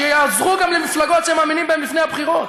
שיעזרו גם למפלגות שהם מאמינים בהן לפני הבחירות.